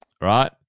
right